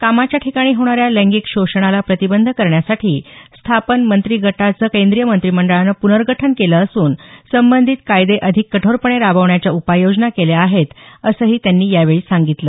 कामाच्या ठिकाणी होणाऱ्या लैंगिक शोषणाला प्रतिबंध करण्यासाठी स्थापन मंत्रिगटाचं केंद्रीय मंत्रिमंडळानं प्नर्गठन केलं असून संबंधित कायदे अधिक कठोरपणे राबवण्याच्या उपाययोजना केल्या आहेत असंही त्यांनी यावेळी सांगितलं